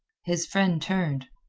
his friend turned.